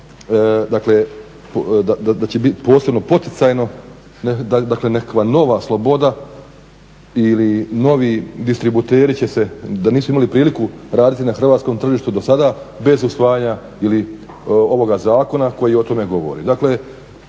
da će biti posebno poticajno, dakle nekakva nova sloboda ili novi distributeri će se, da nisu imali priliku raditi na hrvatskom tržištu do sada bez usvajanja ili ovoga zakona koji o tome govori.